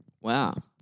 Wow